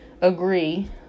agree